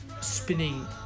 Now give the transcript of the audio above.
spinning